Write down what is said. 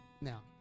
now